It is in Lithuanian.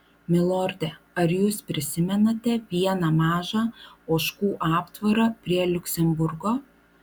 milorde ar jūs prisimenate vieną mažą ožkų aptvarą prie liuksemburgo